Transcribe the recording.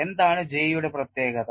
എന്താണ് J യുടെ പ്രത്യേകത